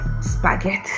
spaghetti